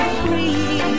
free